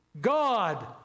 God